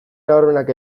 nabarmenak